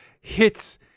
hits